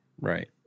Right